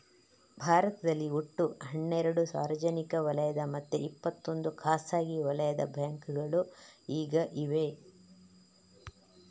ಭಾರತದಲ್ಲಿ ಒಟ್ಟು ಹನ್ನೆರಡು ಸಾರ್ವಜನಿಕ ವಲಯದ ಮತ್ತೆ ಇಪ್ಪತ್ತೊಂದು ಖಾಸಗಿ ವಲಯದ ಬ್ಯಾಂಕುಗಳು ಈಗ ಇವೆ